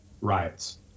riots